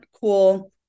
cool